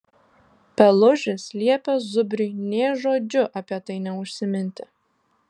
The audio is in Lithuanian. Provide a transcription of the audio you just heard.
pelužis liepė zubriui nė žodžiu apie tai neužsiminti